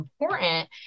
important